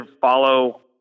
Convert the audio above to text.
follow